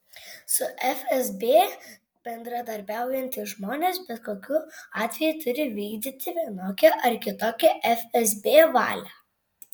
su fsb bendradarbiaujantys žmonės bet kokiu atveju turi vykdyti vienokią ar kitokią fsb valią